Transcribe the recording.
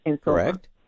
Correct